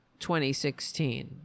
2016